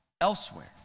elsewhere